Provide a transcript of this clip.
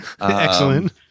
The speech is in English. Excellent